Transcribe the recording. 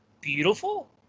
beautiful